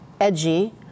edgy